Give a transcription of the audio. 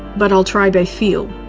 but i'll try by feel.